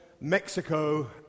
Mexico